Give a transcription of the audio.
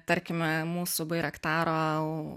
tarkime mūsų bairaktaro